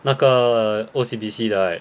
那个 O_C_B_C 的 leh